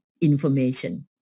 information